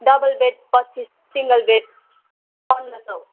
double bed पच्चिस single bed पन्ध्र सौ